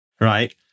right